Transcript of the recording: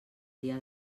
dia